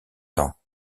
temps